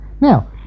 Now